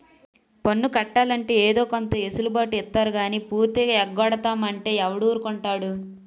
పన్ను కట్టాలంటే ఏదో కొంత ఎసులు బాటు ఇత్తారు గానీ పూర్తిగా ఎగ్గొడతాం అంటే ఎవడూరుకుంటాడు